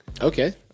Okay